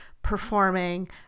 performing